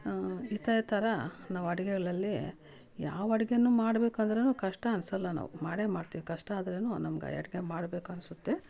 ಇದೇ ಥರ ನಾವು ಅಡಿಗೆಗಳಲ್ಲಿ ಯಾವಅಡಿಗೇನು ಮಾಡ್ಬೇಕಾದ್ರು ಕಷ್ಟ ಅನಿಸಲ್ಲ ನಾವು ಮಾಡೇ ಮಾಡ್ತೀವಿ ಕಷ್ಟ ಆದ್ರೆ ನಮಗೆ ಅಡಿಗೆ ಮಾಡಬೇಕನ್ಸುತ್ತೆ